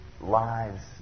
lives